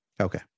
Okay